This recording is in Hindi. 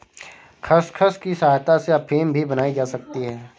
खसखस की सहायता से अफीम भी बनाई जा सकती है